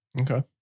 Okay